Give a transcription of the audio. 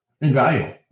invaluable